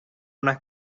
una